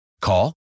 Call